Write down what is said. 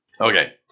Okay